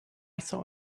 saw